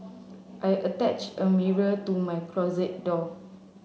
I attached a mirror to my closet door